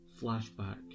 flashback